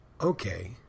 okay